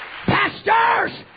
Pastors